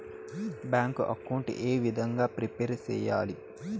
Bank account ఏ విధంగా prepare సెయ్యాలి?